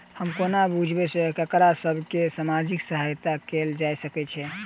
हम कोना बुझबै सँ ककरा सभ केँ सामाजिक सहायता कैल जा सकैत छै?